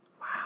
Wow